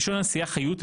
בלשון הנשיאה חיות,